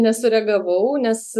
nesureagavau nes